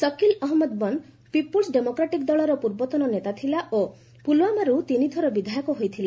ସକିଲ୍ ଅହଜ୍ଞଦ ବନ୍ଦ୍ peoples democratic ଦଳର ପୂର୍ବତନ ନେତା ଥିଲା ଓ ତଥା ପୁଲ୍ୱାମାରୁ ତିନି ଥର ବିଧାୟକ ହୋଇଥିଲା